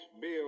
Bill